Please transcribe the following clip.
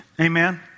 Amen